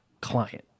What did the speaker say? client